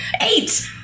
Eight